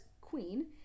queen